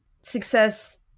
success